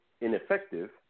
ineffective